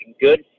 good